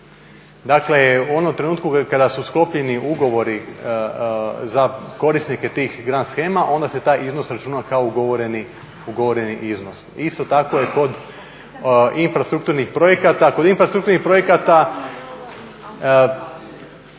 Dakle, u onom trenutku kada su sklopljeni ugovori za korisnike tih grand shema onda se taj iznos računa kao ugovoreni iznos. Isto tako je kod infrastrukturnih projekata. Kod infrastrukturnih projekata